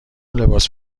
لباس